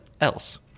else